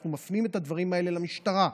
אנחנו מפנים את הדברים האלה למשטרה.